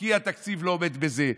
כי התקציב לא עומד בזה.